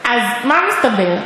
אז מה מסתבר?